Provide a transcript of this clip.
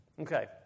Okay